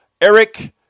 Eric